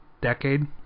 decade